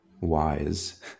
wise